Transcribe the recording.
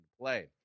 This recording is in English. play